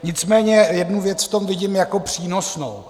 Nicméně jednu věc v tom vidím jako přínosnou.